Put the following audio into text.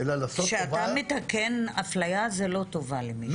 אלא לעשות טובה --- כשאתה מתקן אפליה זה לא טובה למישהו,